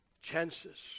chances